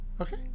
Okay